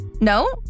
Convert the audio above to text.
No